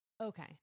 Okay